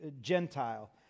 Gentile